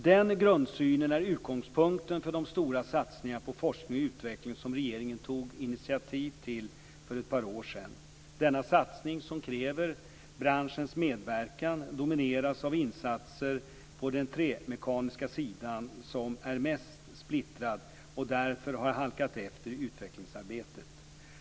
Den grundsynen är utgångspunkten för de stora satsningar på forskning och utveckling som regeringen tog initiativ till för ett par år sedan. Denna satsning som kräver branschens medverkan domineras av insatser på den trämekaniska sidan som är mest splittrad och därför har halkat efter i utvecklingsarbetet.